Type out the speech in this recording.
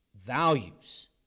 values